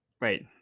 right